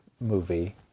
movie